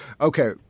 okay